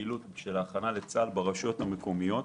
ההכנה לצה"ל ברשויות המקומיות.